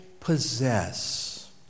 possess